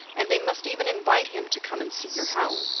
and they must even invite him to come and see your house.